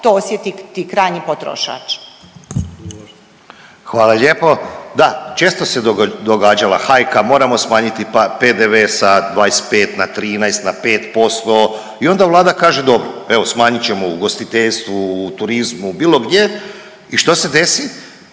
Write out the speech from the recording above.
**Ivanović, Goran (HDZ)** Hvala lijepo. Da, često se događala hajka moramo smanjiti PDV sa 25 na 13 na 5% i onda vlada kaže dobro, evo smanjit ćemo ugostiteljstvu u turizmu u bilo gdje i što se desi?